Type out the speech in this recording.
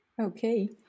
Okay